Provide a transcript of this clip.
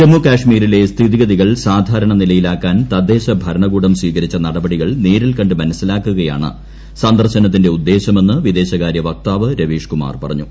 ജമ്മു കശ്മീരിലെ സ്ഥിതിഗതികൾ സാധാരണ നിലയിലാക്കാൻ തദ്ദേശ ഭരണകൂടം സ്വീകരിച്ച നടപടികൾ നേരിൽക്കണ്ട് മനസ്സിലാക്കുകയാണ് സന്ദർശനത്തിന്റെ ഉദ്ദേശ്യമെന്ന് വിദേശകാര്യ വക്താവ് രവീഷ് കുമാർ പറഞ്ഞു